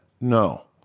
No